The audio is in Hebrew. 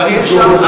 בוא נסגור גם